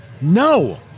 no